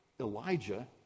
Elijah